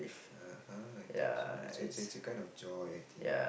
uh-huh I think so it's it's it's a kind of joy I think